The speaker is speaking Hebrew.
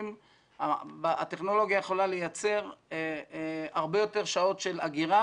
היום הטכנולוגיה יכולה לייצר הרבה יותר שעות של אגירה,